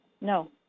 No